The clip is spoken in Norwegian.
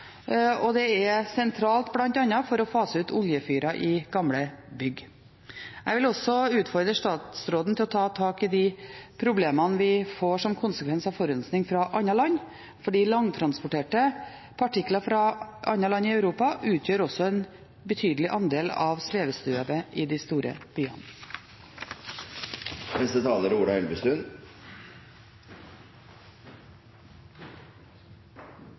og dette er sentralt bl.a. for å fase ut oljefyrer i gamle bygg. Jeg vil også utfordre statsråden til å ta tak i de problemene vi får som konsekvens av forurensning fra andre land, fordi langtransporterte partikler fra andre land i Europa også utgjør en betydelig andel av svevestøvet i de store byene.